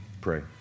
pray